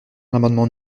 l’amendement